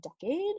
decade